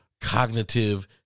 cognitive